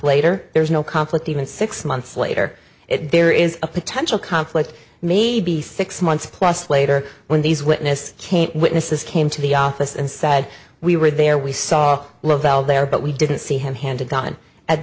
later there's no conflict even six months later there is a potential conflict maybe six months plus later when these witness witnesses came to the office and said we were there we saw there but we didn't see him hand a gun at